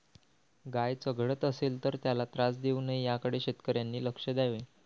गाय चघळत असेल तर त्याला त्रास देऊ नये याकडे शेतकऱ्यांनी लक्ष द्यावे